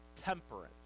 temperance